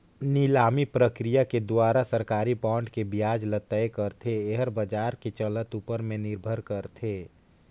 निलामी प्रकिया के दुवारा सरकारी बांड के बियाज ल तय करथे, येहर बाजार के चलत ऊपर में निरभर करथे